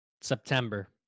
September